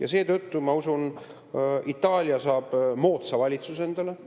Seetõttu, ma usun, Itaalia saab moodsa valitsuse endale,